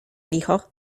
licho